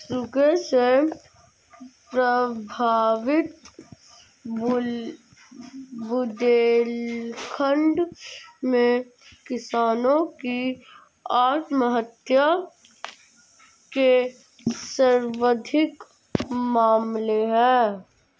सूखे से प्रभावित बुंदेलखंड में किसानों की आत्महत्या के सर्वाधिक मामले है